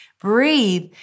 breathe